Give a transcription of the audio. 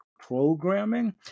programming